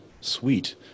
sweet